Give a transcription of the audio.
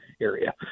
area